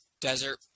desert